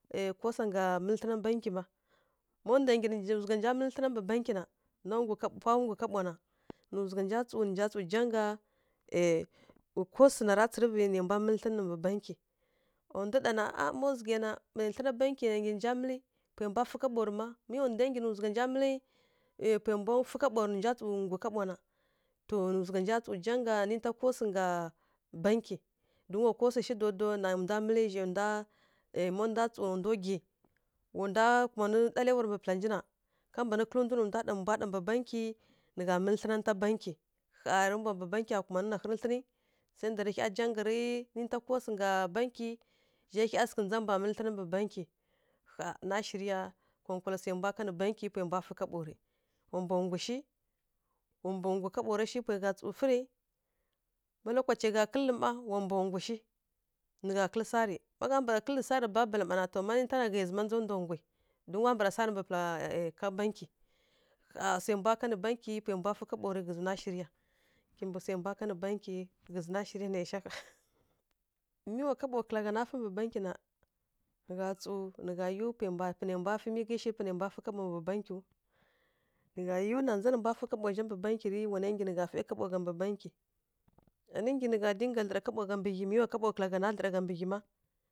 A cosa ngga mǝlǝ thlǝna bankyi ma, má ndwa nggyi nǝ zugha nja thlǝn mbǝ bankyi na, na nngu kaɓo pwa nggu kaɓo na, nǝ zugha nja tsǝw nǝ nja tsǝw janga cosǝ nara tsǝrǝvǝ nǝ mbwa mǝlǝ thlǝn nǝ mbǝ bankyi. A ndu ɗana a má zughǝ ya na, mǝ thlǝna bankyi na nggyi ya nǝ nja mǝlǝ, pwai mbwa fǝ kaɓo rǝ má, mi wa ndwa nggyi nǝ zugha nja mǝlǝ pwai mbwa fǝ kaɓo rǝ nǝ nja tsǝw nggu kaɓo na, to nǝ zugha nja tsǝw janga ninta cosǝ ngga bankyi don wa cosǝ shi daw-daw nai mbwa mǝlǝ zhai ndwa wa ndwa gwi, wa ndwa kumanǝ ɗalaiwarǝ mbǝ pǝla nji na, ka mban kǝlŋdu nǝ mbwa ɗa mbǝ bankyi, nǝ gha mǝlǝn nta bankyi ƙha rǝ mbwa bankya kumanǝ na ghǝrǝ thlǝnǝ, sai ɗa rǝ hya janga rǝ ninta cosǝ ngga bankyi, zhai hya sǝghǝ ndza mbwa mǝlǝ thlǝnǝ mbǝ bankyi. Ƙha na shirǝ ya konkwala sai mbwa kanǝ bankyi pwai mbwa nggu kaɓo rǝ. Wa mbwa nggu shi, wa mbwa nggu kaɓo ra shi pwai gha tsǝw fǝrǝ. Má lokacai gha kǝlǝ ma wa mbwa nggu shi, nǝ gha kǝlǝ sarǝ, ma gha mbara kǝlǝ sarǝ babalǝ mma na, to ma ninta na ghai zǝma ndza ndwa nggwi. Don wa mbara sarǝ mbǝ pǝla ká yan bankyi. Ƙha swai mbwa kanǝ bankyi ghǝzǝ na shirǝ ya. Kimbǝ swai mbwa kanǝ bankyi naisha ƙha mi wa kaɓo kǝla gha na fǝ mbǝ bankyi na, nǝ gha tsǝw nǝ gha yiw panai mbwa panai mbwa fǝ mi ghǝi shirǝw panai mbwa fǝ kaɓo mbǝ bankyiw, nǝ gha yiw na, ndza nǝ mbwa fǝ kaɓo mbǝ bankyi wana nggyi nǝ gha fǝ kaɓo gha mbǝ bankyi. Anǝ nggyi nǝ dlǝra kaɓo gha mbǝ ghyi mi wa kaɓo ka lǝ gha nǝ dlǝra mbǝ ghyi má.